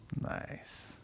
Nice